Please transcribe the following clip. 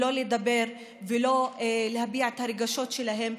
לדבר ולהביע את הרגשות שלהם,